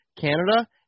Canada